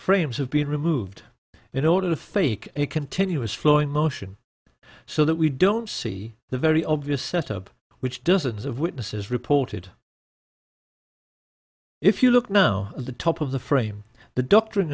frames have been removed in order to fake a continuous flowing motion so that we don't see the very obvious set up which dozens of witnesses reported if you look now at the top of the frame the doctrine